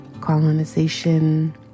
colonization